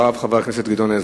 אחריו, חבר הכנסת גדעון עזרא.